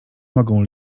mogą